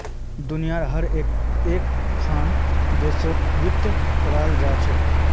दुनियार हर एकखन देशत वित्त पढ़ाल जा छेक